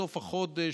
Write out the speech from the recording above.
בסוף החודש,